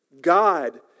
God